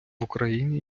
україні